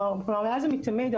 מאז ומתמיד,